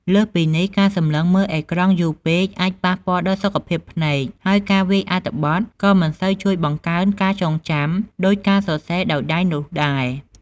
លើសពីនេះ ការសម្លឹងមើលអេក្រង់យូរពេកអាច ប៉ះពាល់ដល់សុខភាពភ្នែក ហើយការវាយអត្ថបទក៏ មិនសូវជួយបង្កើនការចងចាំ ដូចការសរសេរដោយដៃនោះដែរ។